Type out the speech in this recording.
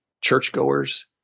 churchgoers